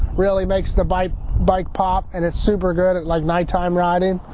really makes the bike bike pop and it's super good at like nighttime riding.